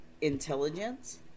intelligence